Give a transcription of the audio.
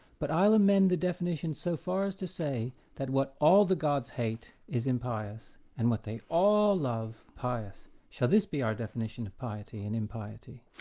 but i will amend the definition so far as to say that what all the gods hate is impious, and what they all love pious. shall this be our definition of piety and impiety?